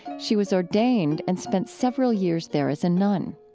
she was ordained and spent several years there as a nun.